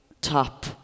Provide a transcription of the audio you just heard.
top